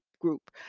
group